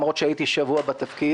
למרות שהייתי אז רק שבוע בתפקיד,